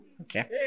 Okay